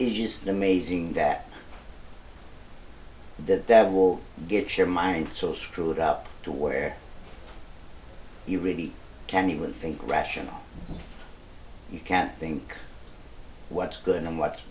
is just amazing that that that will get your mind so screwed up to where you really can't even think rationally you can't think what's good and what's